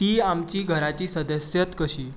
तीं आमची घराची सदस्यच कशीं